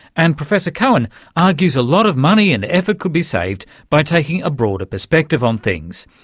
and professor cohen argues a lot of money and effort could be saved by taking a broader perspective on things.